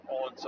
on